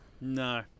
No